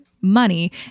money